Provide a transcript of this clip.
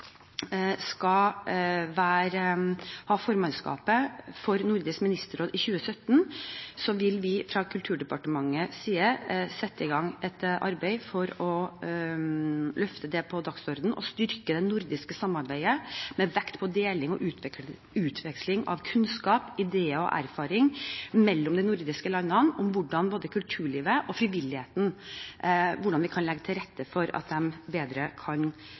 ha formannskapet for Nordisk ministerråd i 2017, så vil vi fra Kulturdepartementets side sette i gang et arbeid for å løfte det på dagsordenen og styrke det nordiske samarbeidet med vekt på deling og utveksling av kunnskap, ideer og erfaring mellom de nordiske landene, om hvordan vi kan legge bedre til rette for at både kulturlivet og frivilligheten kan være med og styrke arbeidet vårt videre. Fellesskap basert på religion eller kulturell bakgrunn kan